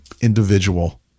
individual